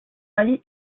rallye